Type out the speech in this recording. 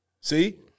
See